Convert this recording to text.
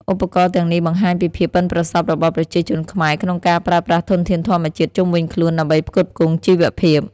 ឧបករណ៍ទាំងនេះបង្ហាញពីភាពប៉ិនប្រសប់របស់ប្រជាជនខ្មែរក្នុងការប្រើប្រាស់ធនធានធម្មជាតិជុំវិញខ្លួនដើម្បីផ្គត់ផ្គង់ជីវភាព។